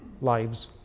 lives